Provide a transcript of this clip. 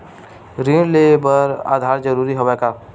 ऋण ले बर आधार जरूरी हवय का?